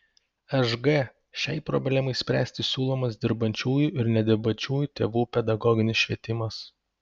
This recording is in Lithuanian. šg šiai problemai spręsti siūlomas dirbančių ir nedirbančių tėvų pedagoginis švietimas